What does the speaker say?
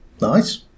Nice